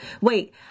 wait